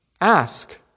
Ask